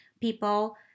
people